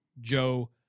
Joe